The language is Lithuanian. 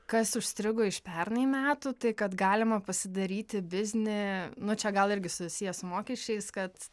kas užstrigo iš pernai metų tai kad galima pasidaryti biznį nu čia gal irgi susiję su mokesčiais kad